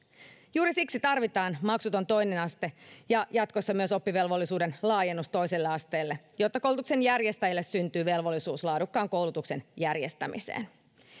juuri siksi tarvitaan maksuton toinen aste ja jatkossa myös oppivelvollisuuden laajennus toiselle asteelle jotta koulutuksen järjestäjille syntyy velvollisuus laadukkaan koulutuksen järjestämiseen